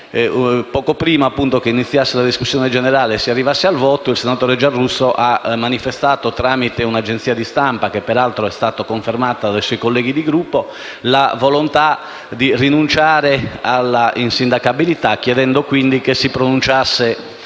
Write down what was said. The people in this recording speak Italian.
poco prima di iniziare la discussione generale e di arrivare al voto il senatore Giarrusso ha manifestato, tramite un'agenzia di stampa (che peraltro è stata confermata dai suoi colleghi di Gruppo), la volontà di rinunciare all'insindacabilità, chiedendo che la Giunta si pronunciasse